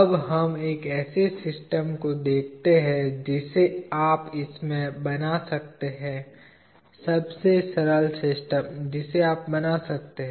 अब हम एक ऐसी सिस्टम को देखते हैं जिसे आप इसमें से बना सकते हैं सबसे सरल सिस्टम जिसे आप बना सकते है